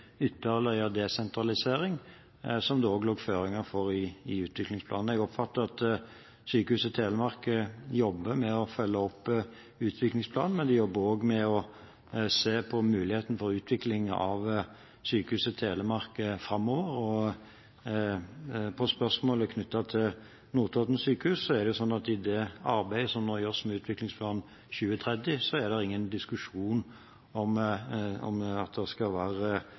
ytterligere desentralisering, som det også lå føringer for i utviklingsplanen. Jeg oppfatter at Sykehuset Telemark jobber med å følge opp utviklingsplanen, men de jobber også med å se på muligheten for utvikling av Sykehuset Telemark framover. Til spørsmålet knyttet til Notodden sykehus: I det arbeidet som nå gjøres med utviklingsplanen 2030, er det ingen diskusjon om at det skal være